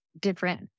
different